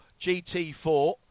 GT4